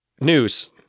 news